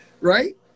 Right